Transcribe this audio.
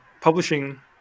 publishing